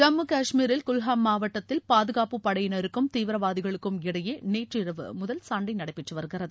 ஜம்மு கஷ்மீரில் குல்ஹாம் மாவட்டத்தில் பாதுகாப்பு படையினருக்கும் தீவிரவாதிகளுக்கும் இடையே நேற்றிரவு முதல் சண்டை நடைபெற்று வருகிறது